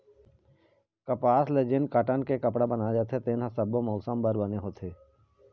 कपसा ले जेन कॉटन के कपड़ा बनाए जाथे तेन ह सब्बो मउसम बर बने होथे